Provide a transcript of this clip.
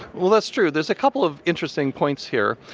well, that's true. there is a couple of interesting points here.